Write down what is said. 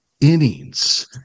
innings